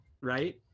right